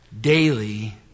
daily